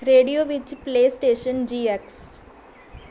radio ਵਿੱਚ PlayStation G X